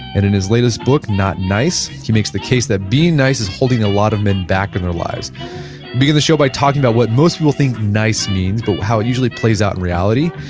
and in his latest book, not nice, he makes the case that being nice is holding a lot of men back in their lives we the show by talking about what most people think nice means but how it usually plays out in reality.